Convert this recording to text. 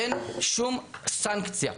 אין שום סנקציה.